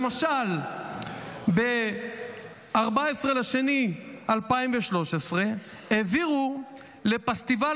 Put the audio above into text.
למשל ב-14 בפברואר 2013 העבירו לפסטיבל